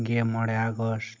ᱜᱮᱢᱚᱬᱮ August